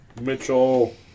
Mitchell